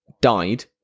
died